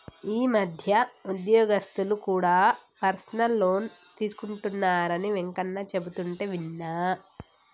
ఈ మధ్య ఉద్యోగస్తులు కూడా పర్సనల్ లోన్ తీసుకుంటున్నరని వెంకన్న చెబుతుంటే విన్నా